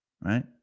right